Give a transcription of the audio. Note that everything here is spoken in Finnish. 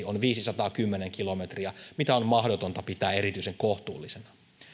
on viisisataakymmentä kilometriä mitä on mahdotonta pitää erityisen kohtuullisena